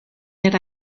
yet